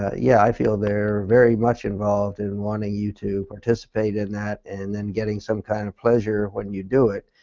yeah i feel they are very much involved in wanting you to participate in that and then getting some kind of pleasure when you do it.